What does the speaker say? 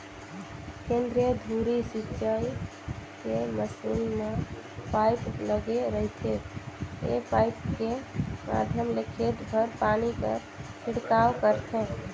केंद्रीय धुरी सिंचई के मसीन म पाइप लगे रहिथे ए पाइप के माध्यम ले खेत भर पानी कर छिड़काव करथे